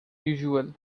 usual